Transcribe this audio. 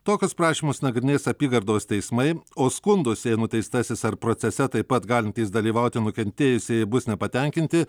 tokius prašymus nagrinės apygardos teismai o skundus jei nuteistasis ar procese taip pat galintys dalyvauti nukentėjusieji bus nepatenkinti